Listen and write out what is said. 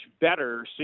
better